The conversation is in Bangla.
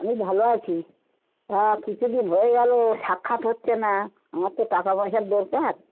আমি ভালো আছি হ্যাঁ কিছু দিন হয়ে গেলো সাক্ষাৎ হচ্ছে না আমার তো টাকা পয়সার দরকার